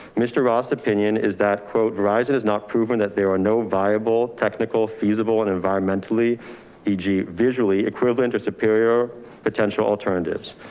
mr. ross opinion is that quote rising has not proven that there are no viable technical feasible and environmentally eeg, visually equivalent or superior potential alternatives.